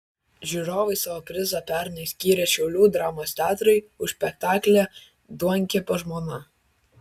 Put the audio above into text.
žiūrovai savo prizą pernai skyrė šiaulių dramos teatrui už spektaklį duonkepio žmona